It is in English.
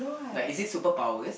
like is it superpowers